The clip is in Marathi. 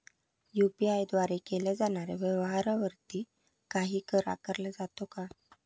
यु.पी.आय द्वारे केल्या जाणाऱ्या व्यवहारावरती काही कर आकारला जातो का?